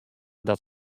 dat